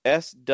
sw